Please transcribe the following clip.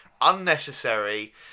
unnecessary